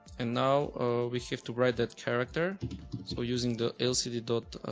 and now we have to write that character so using the lcd